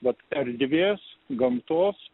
vat erdvės gamtos